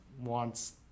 wants